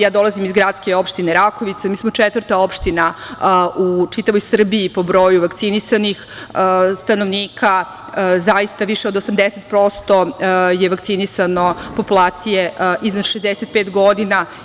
Ja dolazim iz gradske opštine Rakovica, mi smo četvrta opština u čitavoj Srbiji po broju vakcinisanih stanovnika, više od 80% je vakcinisano populacije iznad 65 godina.